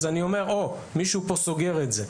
אני אומר שמישהו כאן סוגר את זה.